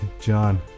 john